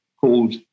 called